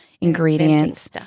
ingredients